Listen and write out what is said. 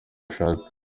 bashaka